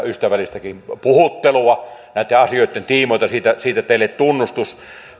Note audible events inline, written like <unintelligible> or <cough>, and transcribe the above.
<unintelligible> ystävällistäkin puhuttelua näitten asioitten tiimoilta siitä siitä teille tunnustus